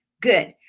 good